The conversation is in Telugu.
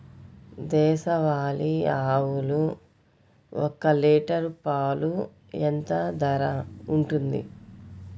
దేశవాలి ఆవులు ఒక్క లీటర్ పాలు ఎంత ధర ఉంటుంది?